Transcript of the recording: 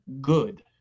Good